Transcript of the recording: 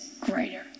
greater